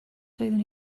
doeddwn